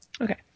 Okay